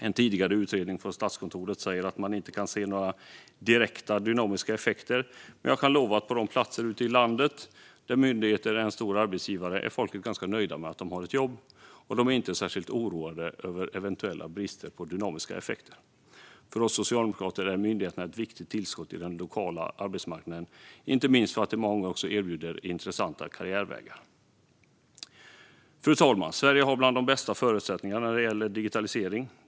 En tidigare utredning från Statskontoret säger att man inte kan se några direkta dynamiska effekter, men jag kan lova att ute på de platser i landet där myndigheterna är stora arbetsgivare är folket ganska nöjda med att de har ett jobb och inte särskilt oroade över eventuella brister på dynamiska effekter. För oss socialdemokrater är myndigheterna ett viktigt tillskott på den lokala arbetsmarknaden, inte minst för att de många gånger erbjuder intressanta karriärvägar. Fru talman! Sverige har bland de bästa förutsättningarna när det gäller digitalisering.